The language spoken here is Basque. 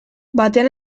batean